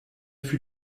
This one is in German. für